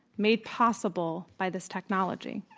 made possible by this technology.